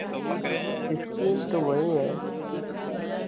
scheme तो वही हैं